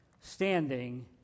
standing